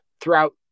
throughout